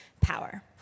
power